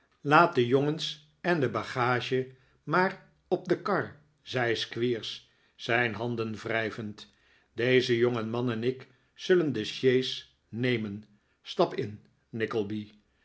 de jongens en de bagage maar op de kar zei squeers zijn handen wrijvend deze jongeman en ik zullen de sjees nemen stap in